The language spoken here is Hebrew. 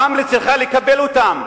רמלה צריכה לקבל אותם.